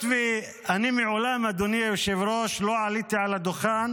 היות ואני מעולם לא עליתי על הדוכן